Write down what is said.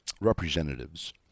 representatives